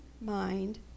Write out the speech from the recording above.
mind